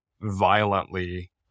violently